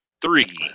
Three